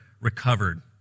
recovered